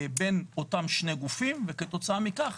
בין אותם שני גופים וכתוצאה מכך,